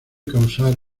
causar